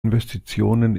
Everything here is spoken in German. investitionen